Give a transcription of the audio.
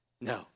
No